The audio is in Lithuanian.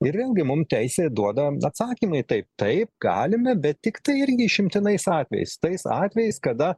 ir vėl gi mum teisė duoda atsakymą į tai taip galime bet tiktai irgi išimtinais atvejais tais atvejais kada